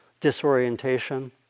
Disorientation